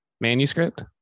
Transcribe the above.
Manuscript